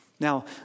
Now